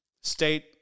state